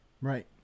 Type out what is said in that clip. Right